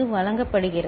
வழங்கப்படுகிறது